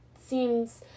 seems